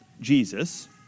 Jesus